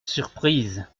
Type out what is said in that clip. surprise